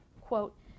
Quote